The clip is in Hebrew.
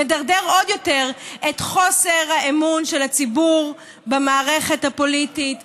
זה מדרדר עוד יותר את חוסר האמון של הציבור במערכת בפוליטית,